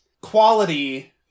quality